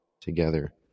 together